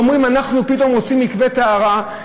ואומרים: אנחנו פתאום רוצים מקווה טהרה,